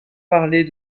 parler